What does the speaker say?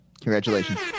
Congratulations